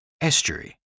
estuary